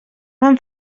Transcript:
fan